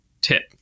tip